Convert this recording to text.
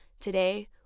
Today